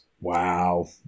Wow